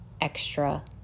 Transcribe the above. extra